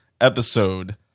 episode